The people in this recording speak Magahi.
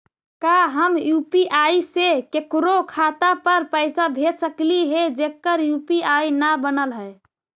का हम यु.पी.आई से केकरो खाता पर पैसा भेज सकली हे जेकर यु.पी.आई न बनल है?